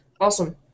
Awesome